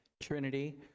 trinity